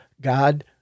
God